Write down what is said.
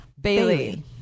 Bailey